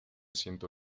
siento